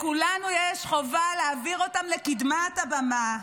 לכולנו יש חובה להעביר אותם לקדמת הבמה,